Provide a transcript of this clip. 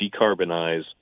decarbonize